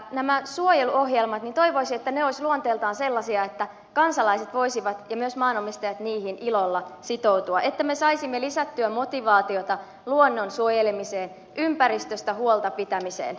toivoisin että nämä suojeluohjelmat olisivat luonteeltaan sellaisia että kansalaiset ja myös maanomistajat voisivat niihin ilolla sitoutua että me saisimme lisättyä motivaatiota luonnon suojelemiseen ympäristöstä huolta pitämiseen